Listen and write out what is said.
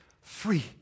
free